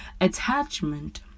attachment